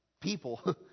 people